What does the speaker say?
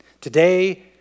Today